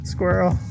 Squirrel